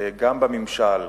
גם בממשל,